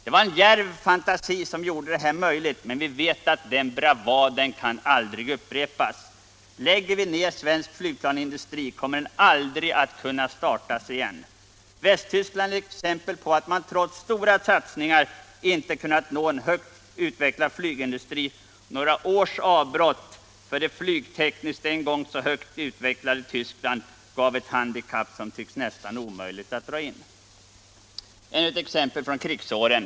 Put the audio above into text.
Det var en djärv fantasi som gjorde det här möjligt, men vi vet att den bravaden aldrig kan upprepas. Lägger vi ned svensk flygplansindustri kommer den aldrig att kunna startas igen. Västtyskland är ett exempel på att man trots stora satsningar inte kunnat nå en högt utvecklad flygindustri. Några års avbrott för det flygtekniskt en gång så högt utvecklade Tyskland gav ett handikapp som tycks nästan omöjligt att ta in. Ännu ett exempel från krigsåren.